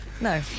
No